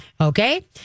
Okay